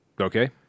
Okay